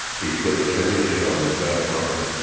he put a tourniquet on his left arm